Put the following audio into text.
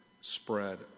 spread